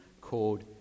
called